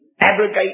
abrogate